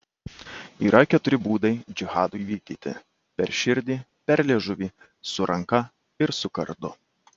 yra keturi būdai džihadui vykdyti per širdį per liežuvį su ranka ir su kardu